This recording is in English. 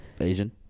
Asian